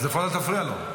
אז לפחות אל תפריע לו.